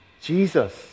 Jesus